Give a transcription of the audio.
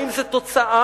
אם זאת תוצאה,